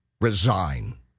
Resign